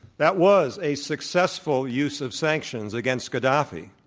that was a successful use of sanctions against gaddafi.